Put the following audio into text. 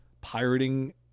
pirating